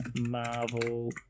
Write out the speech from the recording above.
Marvel